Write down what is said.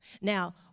Now